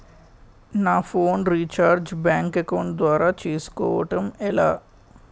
నా phone recharge bank account ద్వారా చేసుకోవటం ఎలా?